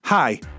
Hi